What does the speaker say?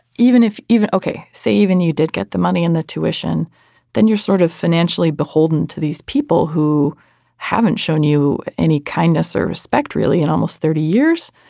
even if even ok say even you did get the money in the tuition then you're sort of financially beholden to these people who haven't shown you any kindness or respect really in almost thirty years.